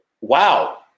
Wow